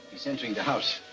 he's entering the house.